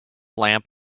lamp